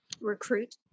recruit